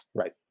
Right